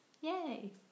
Yay